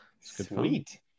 Sweet